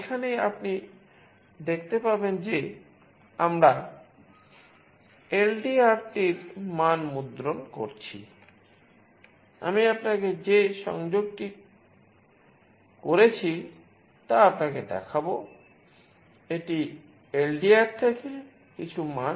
এখানেই আপনি দেখতে পাবেন যে আমরা LDR টির মান মুদ্রণ করছি আমি আপনাকে যে সংযোগটি করেছি তা আপনাকে দেখাব